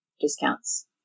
discounts